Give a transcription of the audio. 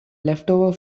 leftover